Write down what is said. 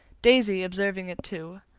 daisy, observing it too,